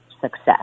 success